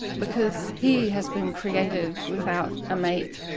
because he has been created without a mate,